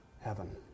Heaven